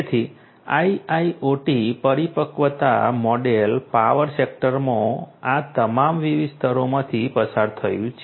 તેથી IIoT પરિપક્વતા model power સેક્ટરમાં આ તમામ વિવિધ સ્તરોમાંથી પસાર થયું છે